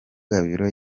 gabiro